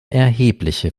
erhebliche